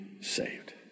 saved